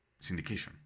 syndication